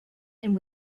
and